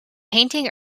painting